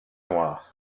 noir